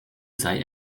sei